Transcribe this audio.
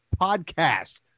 podcast